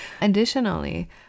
Additionally